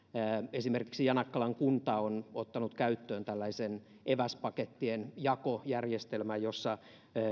esimerkiksi janakkalan kunta on ottanut käyttöön tällaisen eväspakettien jakojärjestelmän jossa